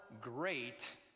great